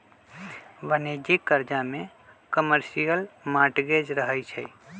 वाणिज्यिक करजा में कमर्शियल मॉर्टगेज रहै छइ